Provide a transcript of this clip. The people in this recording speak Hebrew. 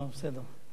בסדר.